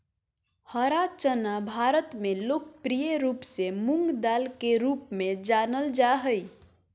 हरा चना भारत में लोकप्रिय रूप से मूंगदाल के रूप में जानल जा हइ